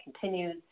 continues